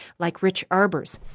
like rich arbour's.